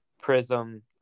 prism